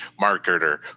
marketer